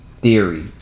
theory